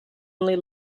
only